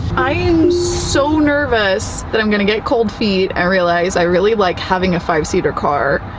i am so nervous that i'm gonna get cold feet, i realize i really like having a five seater car,